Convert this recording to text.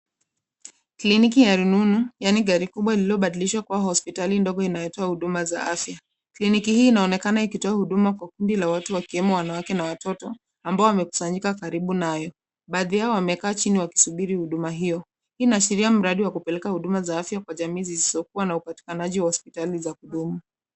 Kliniki ya rununu, yaani gari kubwa lililobadilishwa kuwa hospitali ndogo inayotoa huduma za afya. Klinikiki hii inaonekana ikitoa huduma kwa kundi la watu wakiwemo wanawake na watoto ambao wamekuanyika karibu nayo. Baadhi yao wamekaa chini wakisubiri huduma hio. Hii inaashiria mradi wa afya kwa jami zisizokuwa na upatikanaji za hospitali za kudumu.